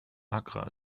accra